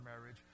marriage